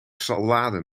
salade